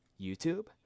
YouTube